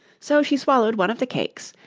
so she swallowed one of the cakes,